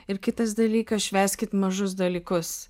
ir kitas dalykas švęskit mažus dalykus